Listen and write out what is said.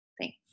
Thanks